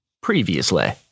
Previously